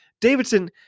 davidson